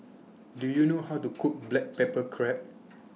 Do YOU know How to Cook Black Pepper Crab